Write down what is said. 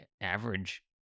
average